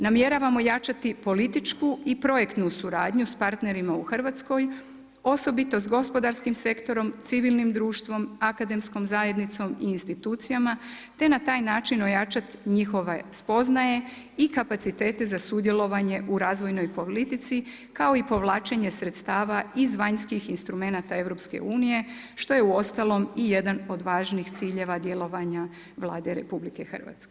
Namjeravamo jačati političku i projektu suradnju sa partnerima u Hrvatskoj osobito sa gospodarskim sektorom, civilnim društvom, akademskom zajednicom i institucijama te na taj način ojačati njihove spoznaje i kapacitete za sudjelovanje u razvojnoj politici kao i povlačenje sredstava iz vanjskih instrumenata EU što je uostalom i jedan od važnijih ciljeva djelovanja Vlade RH.